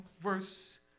verse